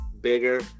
bigger